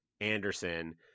Anderson